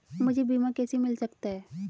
मुझे बीमा कैसे मिल सकता है?